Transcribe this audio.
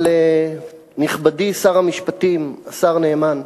אבל, נכבדי שר המשפטים, השר נאמן,